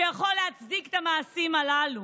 שיכול להצדיק את המעשים הללו.